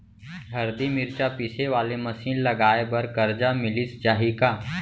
हरदी, मिरचा पीसे वाले मशीन लगाए बर करजा मिलिस जाही का?